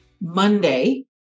Monday